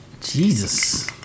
Jesus